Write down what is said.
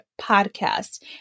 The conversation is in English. Podcast